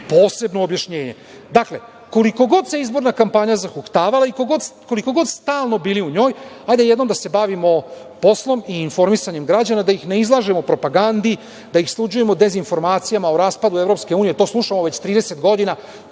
posebno objašnjenje. Dakle, koliko god se izborna kampanja zahuktavala i koliko god stalno bili u njoj, hajde jednom da se bavimo poslom i informisanjem građana, da ih ne izlažemo propagandi, da ih sluđujemo dezinformacijama o raspadu EU. To slušamo već 30 godina,